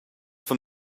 from